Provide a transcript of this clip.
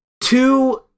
two